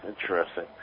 Interesting